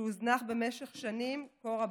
שהוזנח במשך שנים כה רבות.